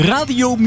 Radio